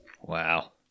wow